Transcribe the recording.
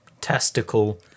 testicle